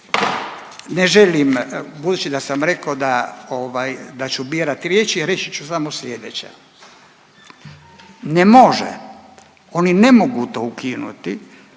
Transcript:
Ne želim, budući da sam rekao da ovaj da ću birat riječi reći ću su samo slijedeće. Ne može oni ne mogu to ukinuti